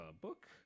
book